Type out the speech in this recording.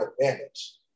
advantage